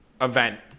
event